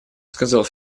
сказал